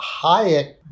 Hayek